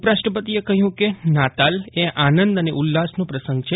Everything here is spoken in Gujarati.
ઉપરાષ્ટ્રપતિએ કહ્યું કે નાતાલ એ આનંદ અને ઉલ્લાસનો પ્રસંગે છે